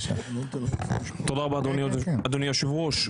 תודה רבה אדוני היושב ראש.